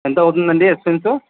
ఎంత అవుతుందండీ ఎక్స్పెన్సు